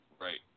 Right